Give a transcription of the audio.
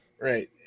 Right